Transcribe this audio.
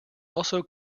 also